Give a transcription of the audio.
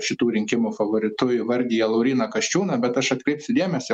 šitų rinkimų favoritu įvardija lauryną kasčiūną bet aš atkreipsiu dėmesį